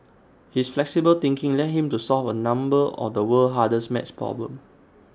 his flexible thinking led him to solve A number of the world's hardest math problems